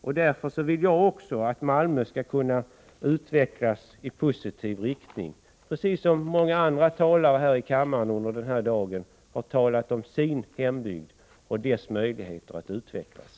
Och därför så vill jag att också Malmö skall kunna ha möjligheter att utvecklas i positiv riktning, precis som många andra talare i kammaren under denna dag har talat om sin hembygd och dess möjligheter att utvecklas.